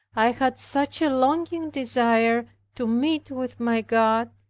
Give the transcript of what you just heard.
i had such a longing desire to meet with my god,